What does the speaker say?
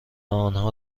آنها